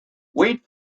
wait